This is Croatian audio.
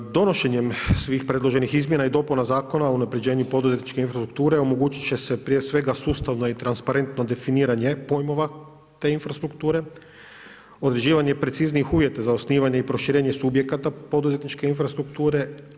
Donošenjem svih predloženih izmjena i dopuna zakona o unaprijeđenu poduzetničke infrastrukture, omogućiti će se prije svega sustavno i transparentno definiranja pojmova te infrastrukture, određivanja i preciznijih uvjeta za osnivanje i proširenje subjekata poduzetničke infrastrukture.